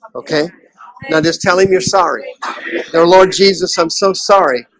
okay now just tell him you're sorry their lord jesus. i'm so sorry.